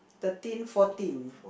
thirteen fourteen